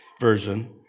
version